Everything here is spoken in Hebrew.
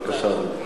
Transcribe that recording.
בבקשה, אדוני.